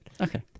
Okay